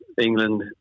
England